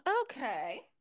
Okay